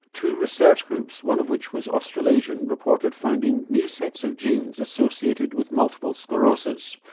two research groups, one of which was australasian, reported finding new sets of genes associated with multiple sclerosis.